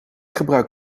gebruik